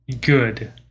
Good